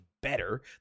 better